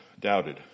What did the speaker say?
doubted